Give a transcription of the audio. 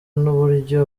n’uburyo